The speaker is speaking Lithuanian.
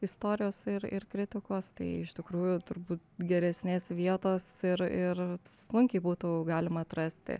istorijos ir ir kritikos tai iš tikrųjų turbūt geresnės vietos ir ir sunkiai būtų galima atrasti